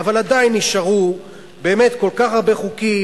אבל עדיין נשארו כל כך הרבה חוקים,